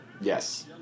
Yes